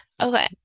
okay